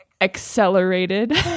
accelerated